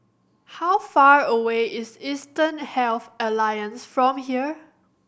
how far away is Eastern Health Alliance from here